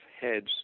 heads